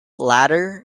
latter